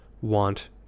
want